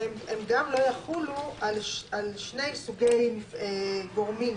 הם גם לא יחולו על שני סוגי גורמים,